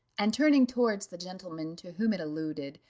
and turning towards the gentleman to whom it alluded,